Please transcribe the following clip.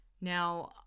Now